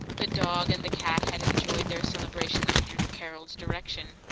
the dog and the cat had enjoyed their celebration under carol's direction.